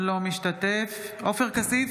אינו משתתף בהצבעה עופר כסיף,